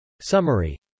Summary